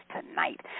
tonight